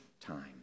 time